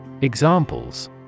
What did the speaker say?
Examples